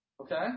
Okay